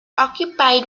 occupied